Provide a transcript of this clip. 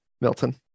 Milton